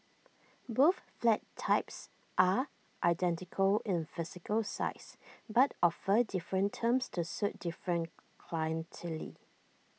both flat types are identical in physical size but offer different terms to suit different clientele